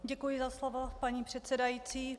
Děkuji za slovo, paní předsedající.